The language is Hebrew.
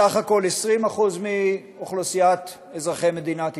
בסך הכול 20% מאוכלוסיית אזרחי מדינת ישראל,